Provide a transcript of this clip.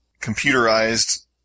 computerized